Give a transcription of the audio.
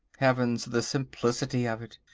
heavens! the simplicity of it.